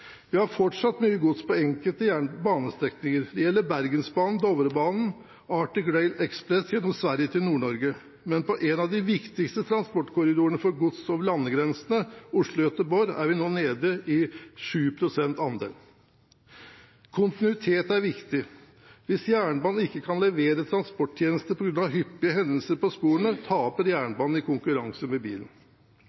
Vi har fortsatt mye gods på enkelte banestrekninger. Det gjelder Bergensbanen, Dovrebanen og Arctic Rail Express gjennom Sverige til Nord-Norge, men på en av de viktigste transportkorridorene for gods over landegrensene, Oslo–Göteborg, er vi nå nede i en andel på 7 pst. på bane. Kontinuitet er viktig – hvis jernbanen ikke kan levere transporttjenester på grunn av hyppige hendelser på sporene, taper